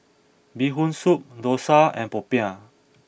Bee Hoon Soup Dosa and Popiah